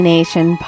Nation